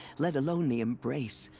let alone, the embrace.